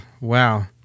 Wow